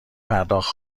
پرداخت